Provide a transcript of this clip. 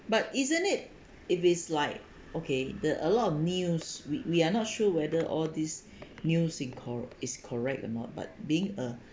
but isn't it if it's like okay the a lot of news we we are not sure whether all these news in cor~ is correct or not but being a